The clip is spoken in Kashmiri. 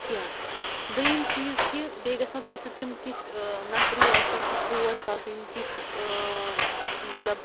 کیٚنٛہہ دٔیِم چیٖز کہِ بیٚیہِ گَژھِ نہٕ تۄہہِ سۭتۍ تِم تِتھۍ نفری آسٕنۍ تِتھۍ دوس آسٕنۍ تِتھۍ مطلب